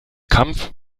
kampf